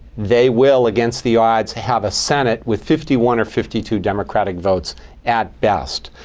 they will against the odds have a senate with fifty one or fifty two democratic votes at best.